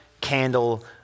candle